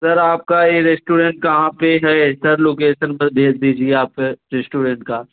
sir आपका ये restaurant कहाँ पे है सर लोकेशन भेज दीजिए आप फिर रेस्टोरेंट का